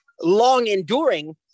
long-enduring